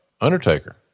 Undertaker